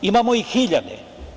Imamo ih hiljade.